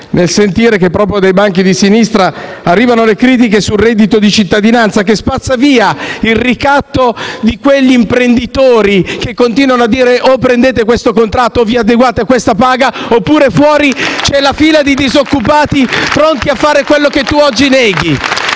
nel sentire che proprio dai banchi di sinistra arrivano le critiche sul reddito di cittadinanza, che spazza via il ricatto di quegli imprenditori che continuano a dire: o prendete questo contratto, o vi adeguate a questa paga, oppure fuori c'è la fila di disoccupati pronti a fare ciò che tu oggi non